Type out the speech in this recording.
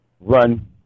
run